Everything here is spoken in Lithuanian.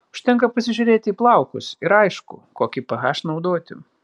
užtenka pasižiūrėti į plaukus ir aišku kokį ph naudoti